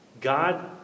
God